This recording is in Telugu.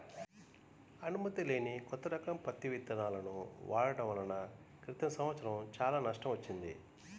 అనుమతి లేని కొత్త రకం పత్తి విత్తనాలను వాడటం వలన క్రితం సంవత్సరం చాలా నష్టం వచ్చింది